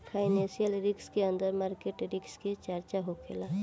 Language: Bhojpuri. फाइनेंशियल रिस्क के अंदर मार्केट रिस्क के चर्चा होखेला